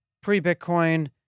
pre-Bitcoin